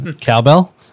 Cowbell